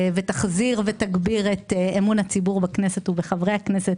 ותחזיר ותגביר את אמון הציבור בכנסת ובחברי הכנסת.